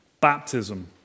baptism